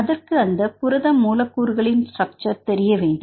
அதற்கு அந்தப் புரத மூலக் கூறுகளின் ஸ்ட்ரக்சர் தெரிய வேண்டும்